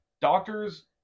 doctors